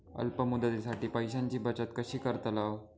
अल्प मुदतीसाठी पैशांची बचत कशी करतलव?